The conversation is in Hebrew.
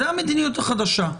זה המדיניות החדשה.